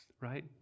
right